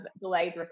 delayed